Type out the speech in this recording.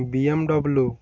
BMW